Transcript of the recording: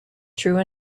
true